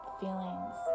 feelings